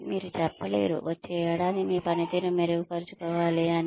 మీరు చెప్పలేరు వచ్చే ఏడాది మీ పనితీరును మెరుగుపరుచుకోవాలి అని